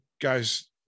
guys